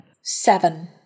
Seven